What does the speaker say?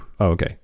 okay